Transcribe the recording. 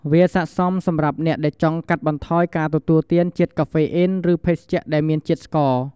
វាស័ក្តិសមសម្រាប់អ្នកដែលចង់កាត់បន្ថយការទទួលទានជាតិកាហ្វេអ៊ីន ឬភេសជ្ជៈមានជាតិស្ករ។